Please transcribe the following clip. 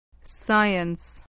Science